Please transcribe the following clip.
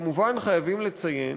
כמובן חייבים לציין,